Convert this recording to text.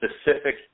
specific